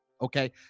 Okay